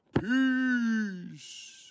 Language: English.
Peace